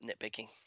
nitpicking